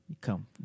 Come